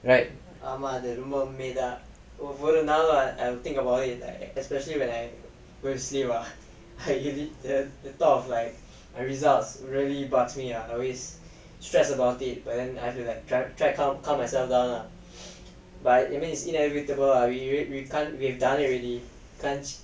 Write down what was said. right